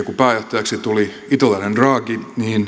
kun pääjohtajaksi tuli italialainen draghi